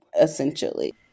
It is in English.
essentially